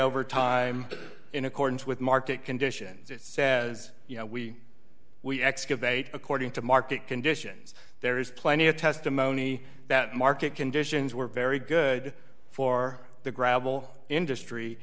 over time in accordance with market conditions it says you know we we excavate according to market conditions there is plenty of testimony that market conditions were very good for the gravel industry